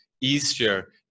easier